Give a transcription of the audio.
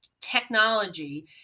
technology